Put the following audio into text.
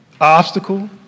obstacle